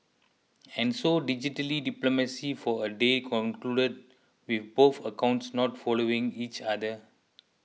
and so digitally diplomacy for a day concluded with both accounts not following each other